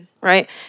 Right